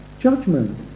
judgment